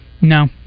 No